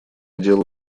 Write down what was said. делу